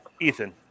Ethan